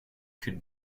could